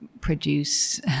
produce